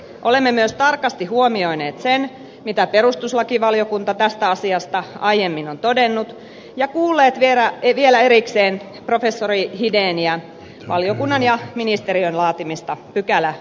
olemme myös tarkasti huomioineet sen mitä perustuslakivaliokunta tästä asiasta aiemmin on todennut ja kuulleet vielä erikseen professori hideniä valiokunnan ja ministeriön laatimista pykälämuotoiluista